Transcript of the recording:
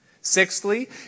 Sixthly